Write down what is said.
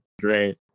Great